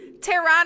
tehran